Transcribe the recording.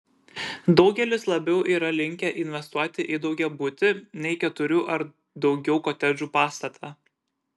daugelis labiau yra linkę investuoti į daugiabutį nei keturių ar daugiau kotedžų pastatą